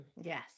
Yes